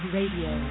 Radio